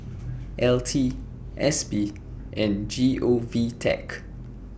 L T S P and G O V Tech